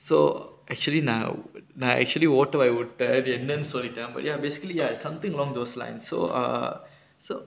so actually நா நா:naa naa actually ஓட்ட வாய் ஓட்ட அது என்னனு சொல்லிட்டேன்:otta vaai otta athu ennaanu sollittaen but ya basically ya something along those lines so err so